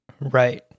Right